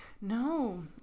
No